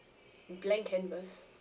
blank canvas